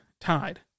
tied